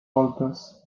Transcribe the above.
voltes